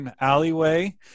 alleyway